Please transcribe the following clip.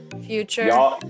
future